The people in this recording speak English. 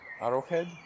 Arrowhead